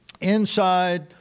inside